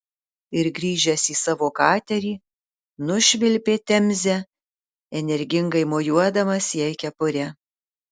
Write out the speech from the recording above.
ir grįžęs į savo katerį nušvilpė temze energingai mojuodamas jai kepure